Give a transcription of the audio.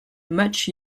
much